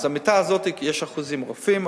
על המיטה הזו יש אחוזים רופאים,